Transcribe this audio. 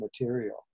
material